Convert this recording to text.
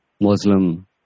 Muslim